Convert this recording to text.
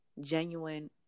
genuine